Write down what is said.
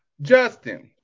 Justin